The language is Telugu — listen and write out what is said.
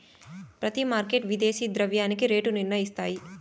ప్రతి మార్కెట్ విదేశీ ద్రవ్యానికి రేటు నిర్ణయిస్తాయి